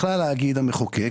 יכול היה לומר המחוקק,